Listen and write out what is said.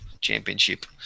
Championship